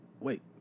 wait